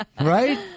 Right